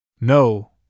No